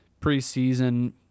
preseason